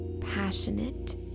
passionate